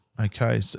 Okay